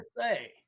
say